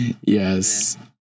yes